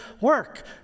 work